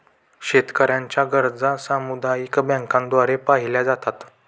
शेतकऱ्यांच्या गरजा सामुदायिक बँकांद्वारे पाहिल्या जातात